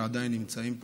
שעדיין נמצאים פה,